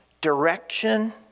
direction